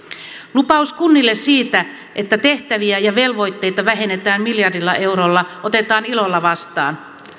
lupaus kunnille siitä että tehtäviä ja velvoitteita vähennetään miljardilla eurolla otetaan ilolla vastaan